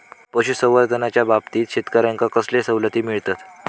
पशुसंवर्धनाच्याबाबतीत शेतकऱ्यांका कसले सवलती मिळतत?